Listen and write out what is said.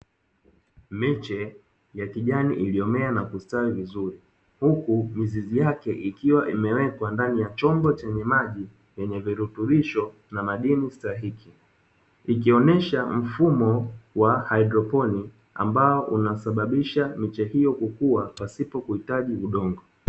Miche ya kijani iliyomea na kustawi vizuri, huku mizizi yake ikiwa imewekwa ndani ya chombo chenye maji yenye virutubisho na madini stahiki, ikionyesha ni mfumo wa hydroponi ambao unasababisha miche hiyo kukua pasipo kuhitaji udongo.